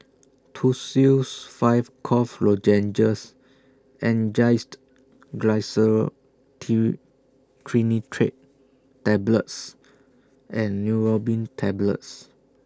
Tussils five Cough Lozenges Angised Glyceryl Trinitrate Tablets and Neurobion Tablets